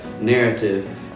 narrative